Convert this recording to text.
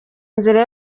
nzira